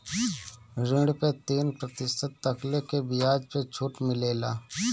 ऋण पे तीन प्रतिशत तकले के बियाज पे छुट मिलेला